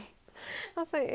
how come